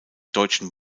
deutschen